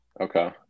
Okay